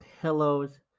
pillows